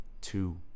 two